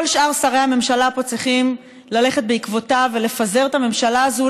כל שאר שרי הממשלה פה צריכים ללכת בעקבותיו ולפזר את הממשלה הזאת,